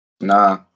Nah